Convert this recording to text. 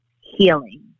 healing